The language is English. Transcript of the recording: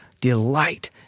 delight